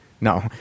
No